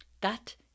That